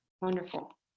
Wonderful